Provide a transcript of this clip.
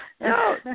No